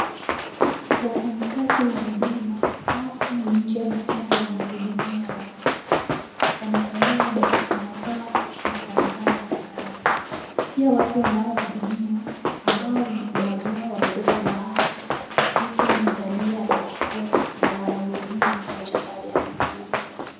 Wafanyakazi wa huduma wako nje na tena wanahudumia watu. Wamevalia barakoa zao na sare zao za kazi. Pia watu wanaohudumiwa ambao baadhi yao wamebeba bahasha wote wamevalia barakoa na wote wanahudumiwa mmoja baada ya mwingine.